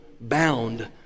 bound